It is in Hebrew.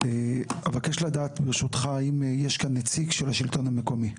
אבקש לדעת האם יש כאן נציג של השלטון המקומי,